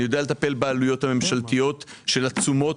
אני יודע לטפל בעלויות הממשלתיות של התשומות,